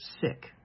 sick